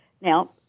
Now